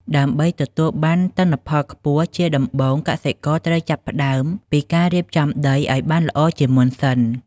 ដើម្បីទទួលបានទិន្នផលខ្ពស់ជាដំបូងកសិករត្រូវចាប់ផ្តើមពីការរៀបចំដីឱ្យបានល្អជាមុនសិន។